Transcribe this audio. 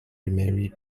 remarry